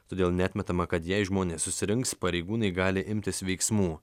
todėl neatmetama kad jei žmonės susirinks pareigūnai gali imtis veiksmų